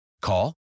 Call